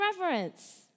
reverence